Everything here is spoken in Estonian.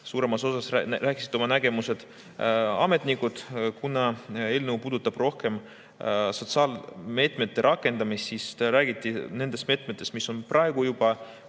suuremas osas rääkisid oma nägemusest ametnikud. Kuna eelnõu puudutab rohkem sotsiaalmeetmete rakendamist, siis räägiti nendest meetmetest, mis tol hetkel